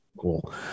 cool